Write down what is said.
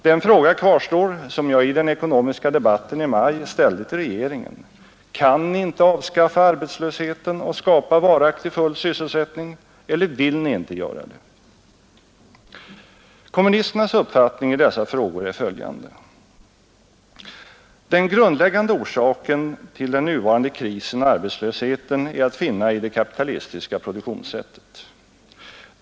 Den fråga kvarstår som jag i den ekonomiska debatten i maj ställde till regeringen: Kan ni inte avskaffa arbetslösheten och skapa varaktig full sysselsättning, eller vill ni inte göra det? Kommunisternas uppfattning i dessa frågor är följande. Den grundläggande orsaken till den nuvarande krisen och arbetslösheten är att finna i det kapitalistiska produktionssättet.